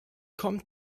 kommt